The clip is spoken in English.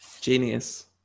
genius